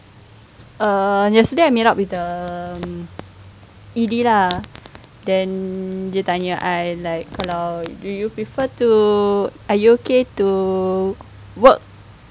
err yesterday I meet up with the um E_D lah then dia tanya I like kalau do you prefer to are you okay to work